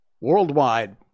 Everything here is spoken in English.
worldwide